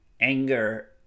anger